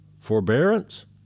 forbearance